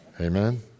amen